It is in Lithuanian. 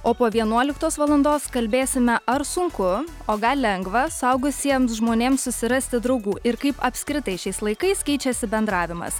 o po vienuoliktos valandos kalbėsime ar sunku o gal lengva suaugusiems žmonėms susirasti draugų ir kaip apskritai šiais laikais keičiasi bendravimas